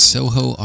Soho